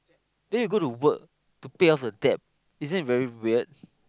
then you go to work to pay off the debt isn't that very weird